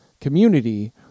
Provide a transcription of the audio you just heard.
community